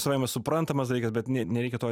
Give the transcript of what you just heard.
savaime suprantamas dalykas bet ne nereikia to